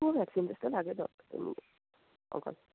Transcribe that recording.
को भ्याक्सिन जस्तो लाग्यो डाक्टर अङ्कल